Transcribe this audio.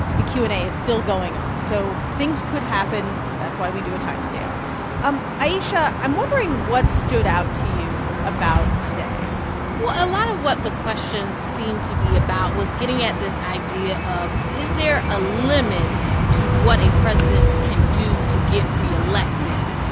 the q and a is still going on. so things could happen. that's why we do a timestamp ayesha, i'm wondering what stood out to you about today well, a lot of what the questions seemed to be about was getting at this idea of, is there a limit to what a president can do to get reelected?